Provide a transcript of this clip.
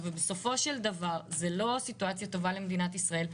בסופו של דבר זו לא סיטואציה טובה למדינת ישראל,